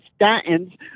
statins